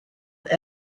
with